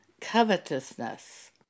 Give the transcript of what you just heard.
covetousness